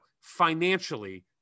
Financially